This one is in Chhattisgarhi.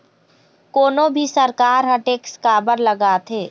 कोनो भी सरकार ह टेक्स काबर लगाथे?